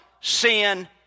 sin